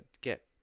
get